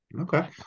Okay